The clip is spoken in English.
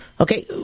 Okay